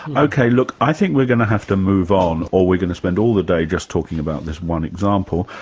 okay, look, i think we're going to have to move on or we're going to spend all the day just talking about this one example,